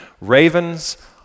Ravens